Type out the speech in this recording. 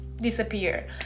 disappear